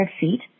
feet